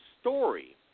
story